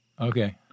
Okay